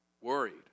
worried